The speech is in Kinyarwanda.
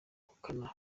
ubukana